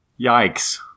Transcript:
Yikes